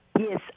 Yes